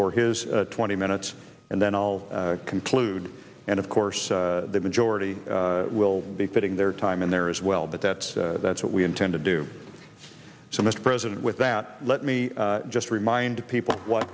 for his twenty minutes and then i'll conclude and of course the majority will be putting their time in there as well but that's that's what we intend to do so mr president with that let me just remind people what